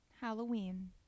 Halloween